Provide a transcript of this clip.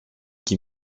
qui